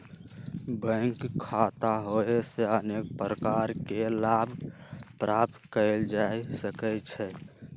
bank खता होयेसे अनेक प्रकार के लाभ प्राप्त कएल जा सकइ छै